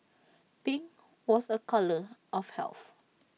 pink was A colour of health